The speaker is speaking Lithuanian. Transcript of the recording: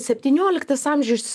septynioliktas amžius